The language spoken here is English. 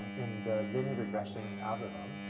in the linear regression algorithm,